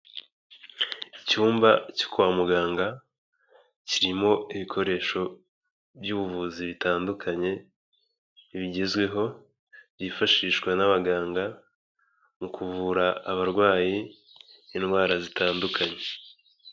Icyumba cyo kwa muganga, kirimo ibikoresho by'ubuvuzi bitandukanye, bigezweho, byifashishwa n'abaganga mu kuvura abarwayi, indwara zitandukanye.